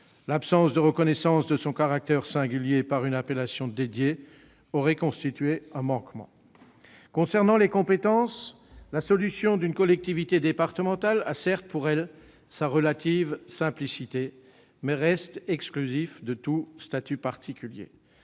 L'absence de reconnaissance de son caractère singulier par une appellation dédiée aurait constitué un manquement. J'en viens aux compétences. Certes, la solution d'une collectivité départementale a pour elle sa relative simplicité, mais reste exclusive de tout statut particulier.